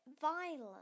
violent